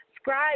Scribe